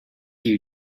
you